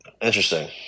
interesting